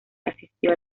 asistió